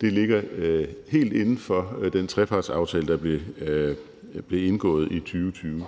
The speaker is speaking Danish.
ligger helt inden for den trepartsaftale, der blev indgået i 2020.